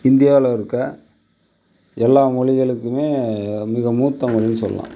இந்தியாவில் இருக்க எல்லா மொழிகளுக்குமே மிக மூத்த மொழின்னு சொல்லாம்